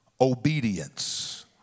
obedience